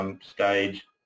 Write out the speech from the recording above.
stage